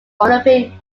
olympic